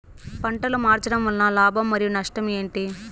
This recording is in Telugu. పంటలు మార్చడం వలన లాభం మరియు నష్టం ఏంటి